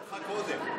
אותך קודם.